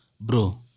bro